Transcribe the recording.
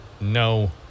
no